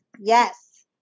Yes